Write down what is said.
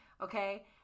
okay